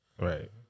Right